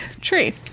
tree